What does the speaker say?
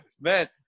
Man